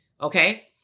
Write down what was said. Okay